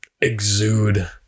Exude